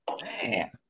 man